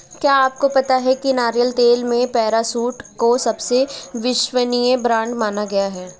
क्या आपको पता है नारियल तेल में पैराशूट को सबसे विश्वसनीय ब्रांड माना गया है?